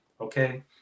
okay